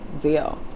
deal